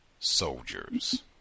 Soldiers